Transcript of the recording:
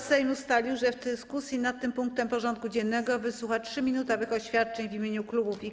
Sejm ustalił, że w dyskusji nad tym punktem porządku dziennego wysłucha 3-minutowych oświadczeń w imieniu klubów i koła.